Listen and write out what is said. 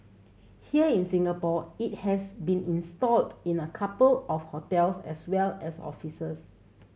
here in Singapore it has been installed in a couple of hotels as well as offices